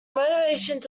motivations